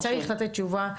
צריך לתת תשובה,